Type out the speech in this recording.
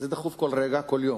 זה דחוף כל רגע, כל יום,